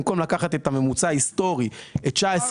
במקום לקחת את הממוצע ההיסטורי --- זה